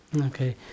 Okay